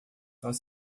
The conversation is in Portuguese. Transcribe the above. nós